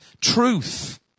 truth